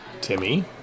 Timmy